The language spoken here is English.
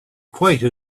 quite